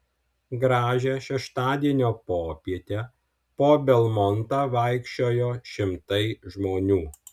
gražią šeštadienio popietę po belmontą vaikščiojo šimtai žmonių